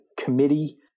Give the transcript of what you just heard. Committee